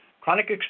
Chronic